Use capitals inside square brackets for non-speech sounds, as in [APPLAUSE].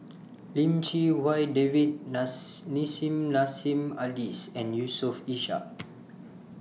Lim Chee Wai David [UNINTELLIGIBLE] Nissim Nassim Adis and Yusof Ishak